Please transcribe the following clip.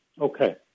Okay